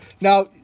Now